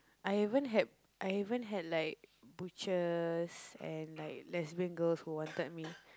I even had I even had like butches and like lesbian girls who wanted me